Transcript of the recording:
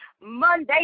Monday